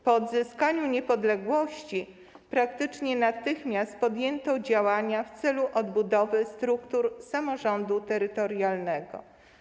Po odzyskaniu niepodległości praktycznie natychmiast podjęto działania w celu odbudowy struktur samorządu terytorialnego.